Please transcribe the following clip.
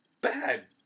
bad